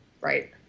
right